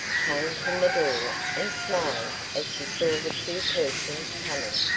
came from the door and smiled as she saw the two persons coming.